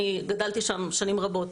אני גדלתי שם שנים רבות.